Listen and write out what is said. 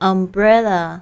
Umbrella